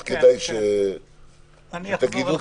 כדאי שתגידו,